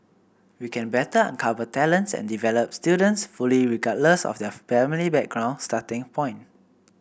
we can better uncover talents and develop students fully regardless of their family background starting point